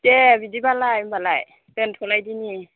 दे बिदिब्लालाय होनब्लालाय दोन्थ'लायदिनि